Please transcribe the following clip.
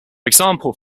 example